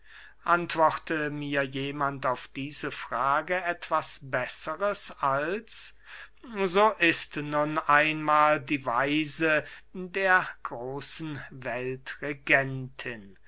antworte mir jemand auf diese frage etwas besseres als so ist nun einmahl die weise der großen